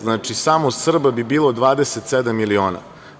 Znači, samo Srba bi bilo 27 miliona.